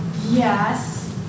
Yes